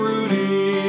Rudy